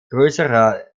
größere